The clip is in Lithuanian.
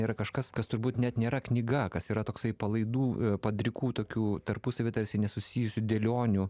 yra kažkas kas turbūt net nėra knyga kas yra toksai palaidų padrikų tokių tarpusavy tarsi nesusijusių dėlionių